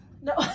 No